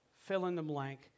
fill-in-the-blank